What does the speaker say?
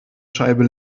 scheibe